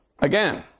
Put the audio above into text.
Again